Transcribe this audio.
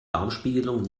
darmspiegelung